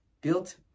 built